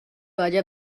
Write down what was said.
vaya